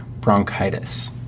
bronchitis